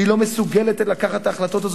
היא לא מסוגלת לקבל את ההחלטות.